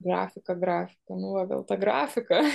grafiką grafiką nu va gal tą grafiką